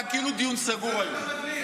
היה כאילו דיון סגור היום.